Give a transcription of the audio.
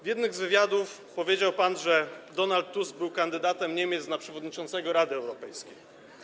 W jednym z wywiadów powiedział pan, że Donald Tusk był kandydatem Niemiec na przewodniczącego Rady Europejskiej.